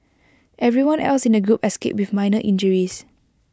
everyone else in the group escaped with minor injuries